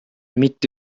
mitte